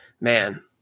Man